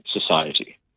society